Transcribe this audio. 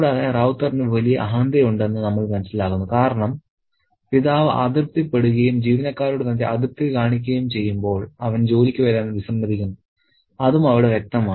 കൂടാതെ റൌത്തറിന് വലിയ അഹന്തയുണ്ടെന്ന് നമ്മൾ മനസ്സിലാക്കുന്നു കാരണം പിതാവ് അതൃപ്തിപ്പെടുകയും ജീവനക്കാരനോട് തന്റെ അതൃപ്തി കാണിക്കുകയും ചെയ്യുമ്പോൾ അവൻ ജോലിക്ക് വരാൻ വിസമ്മതിക്കുന്നു അതും അവിടെ വ്യക്തമാണ്